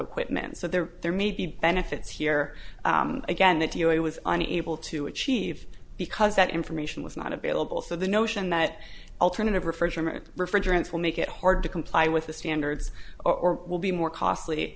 equipment so there there may be benefits here again that you know i was unable to achieve because that information was not available so the notion that alternative refrigerant refrigerants will make it hard to comply with the standards or will be more costly